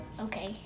okay